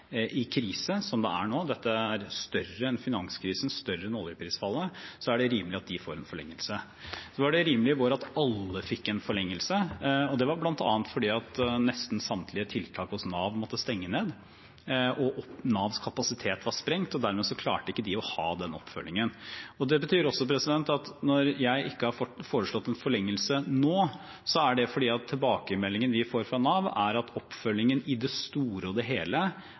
i krise, som det er nå – dette er større enn finanskrisen, større en oljeprisfallet – er det rimelig at de får en forlengelse. Så var det rimelig i vår at alle fikk en forlengelse. Det var bl.a. fordi nesten samtlige tiltak hos Nav måtte stenge ned, og Navs kapasitet var sprengt, og dermed klarte de ikke å ha den oppfølgingen. Det betyr også at når jeg ikke har foreslått en forlengelse nå, er det fordi tilbakemeldingen vi får fra Nav, er at oppfølgingen i det store og det hele